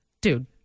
Dude